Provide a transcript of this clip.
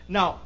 Now